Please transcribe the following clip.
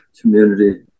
community